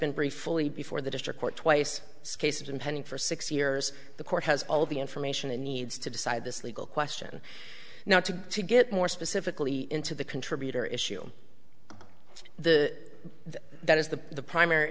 been briefly before the district court twice scase and pending for six years the court has all the information it needs to decide this legal question now to get more specifically into the contributor issue the that is the primary